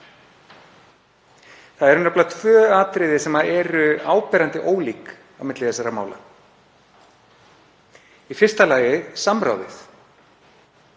Það eru nefnilega tvö atriði sem eru áberandi ólík á milli þessara mála. Í fyrsta lagi samráðið.